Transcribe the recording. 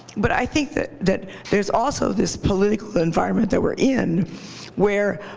but i think that that there's also this political environment that we're in where